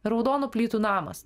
raudonų plytų namas